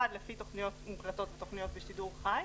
אחד לפי תכניות מוקלטות ותכניות בשידור חי,